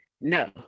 No